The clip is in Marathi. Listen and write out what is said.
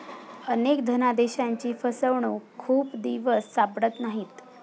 अनेक धनादेशांची फसवणूक खूप दिवस सापडत नाहीत